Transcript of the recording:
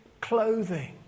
clothing